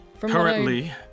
currently